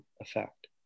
effect